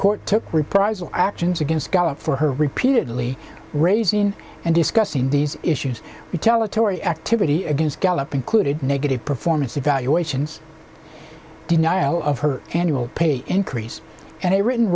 court took reprisal actions against gallup for her repeatedly raising and discussing these issues would tell a story activity against gallop included negative performance evaluations denial of her annual pay increase and a written